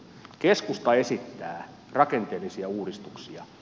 keskusta esittää rakenteellisia uudistuksia